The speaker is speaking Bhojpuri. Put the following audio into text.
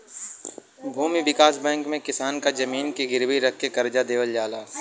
भूमि विकास बैंक में किसान क जमीन के गिरवी रख के करजा देवल जाला